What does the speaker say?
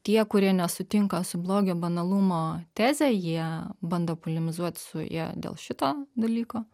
tie kurie nesutinka su blogio banalumo teze jie bando polemizuot su ja dėl šito dalyko